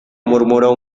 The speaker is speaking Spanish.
murmuró